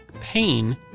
pain